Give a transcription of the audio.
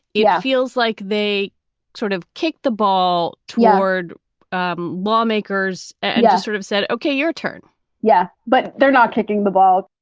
yeah it feels like they sort of kicked the ball toward um lawmakers and sort of said, okay, your turn yeah, but they're not kicking the ball.